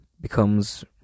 becomes